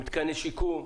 במתקני שיקום.